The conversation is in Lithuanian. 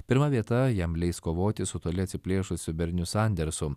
pirma vieta jam leis kovoti su toli atsiplėšusiu berniu sandersu